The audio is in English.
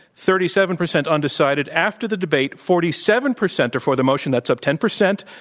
thirty seven percent undecided. after the debate, forty seven percent are for the motion. that's up ten percent.